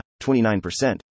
29%